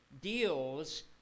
deals